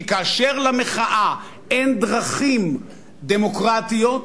כי כאשר למחאה אין דרכים דמוקרטיות,